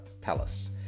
Palace